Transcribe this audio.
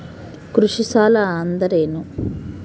ಕೃಷಿ ಸಾಲ ಅಂದರೇನು?